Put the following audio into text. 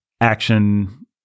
action